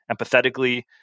empathetically